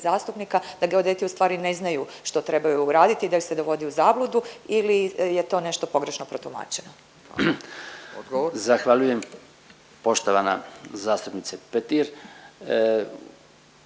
zastupnika da geodeti ustvari ne znaju što trebaju raditi, da ih se dovodi u zabludu ili je to nešto pogrešno protumačeno? Hvala. **Radin, Furio